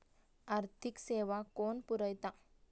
आर्थिक सेवा कोण पुरयता?